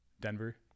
Denver